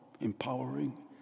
empowering